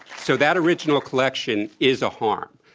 so that original collection is a harm.